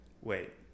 wait